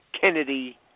Kennedy